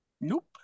Nope